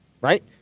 Right